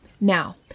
Now